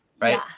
right